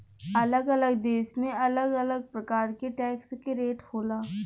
अलग अलग देश में अलग अलग प्रकार के टैक्स के रेट होला